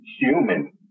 human